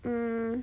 mm